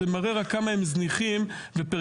זה רק מראה כמה הם זניחים ופריפריאליים.